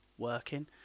working